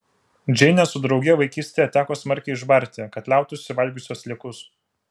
džeinę su drauge vaikystėje teko smarkiai išbarti kad liautųsi valgiusios sliekus